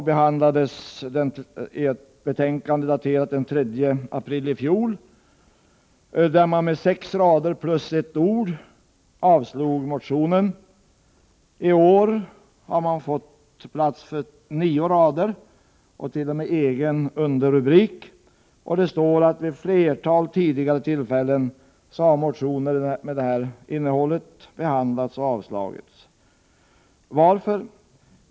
Den behandlades i ett betänkande, daterat den 3 april i fjol, där man med sex rader plus ett ord avstyrkte motionen. I år har man i betänkandet fått plats för nio rader och t.o.m. egen underrubrik. Det står att motioner med samma syfte har behandlats och avslagits vid flera tidigare tillfällen. Varför?